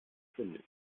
fündig